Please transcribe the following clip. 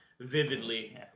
vividly